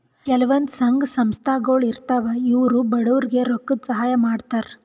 ಕೆಲವಂದ್ ಸಂಘ ಸಂಸ್ಥಾಗೊಳ್ ಇರ್ತವ್ ಇವ್ರು ಬಡವ್ರಿಗ್ ರೊಕ್ಕದ್ ಸಹಾಯ್ ಮಾಡ್ತರ್